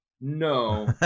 No